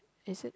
is it